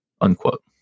unquote